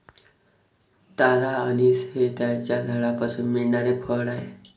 तारा अंनिस हे त्याच्या झाडापासून मिळणारे फळ आहे